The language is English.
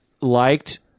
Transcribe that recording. liked